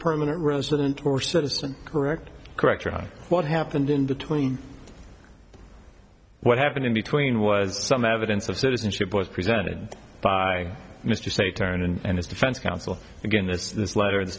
permanent resident or citizen correct correct or on what happened in between what happened in between was some evidence of citizenship was presented by mr say turn and his defense counsel again this letter th